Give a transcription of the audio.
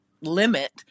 limit